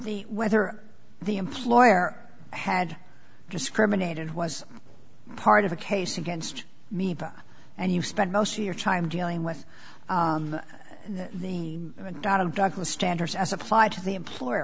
the whether the employer had discriminated was part of a case against me and you spend most of your time dealing with the douglas standards as applied to the employer